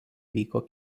vyko